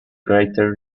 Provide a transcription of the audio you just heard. greater